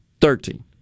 thirteen